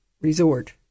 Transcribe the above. resort